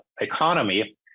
economy